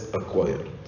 acquired